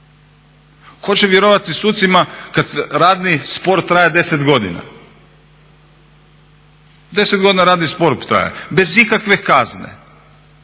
Tko će vjerovati sucima kada radni spor traje 10 godina? 10 godina radni spor traje bez ikakve kazne.